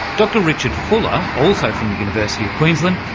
dr richard fuller, also from the university of queensland,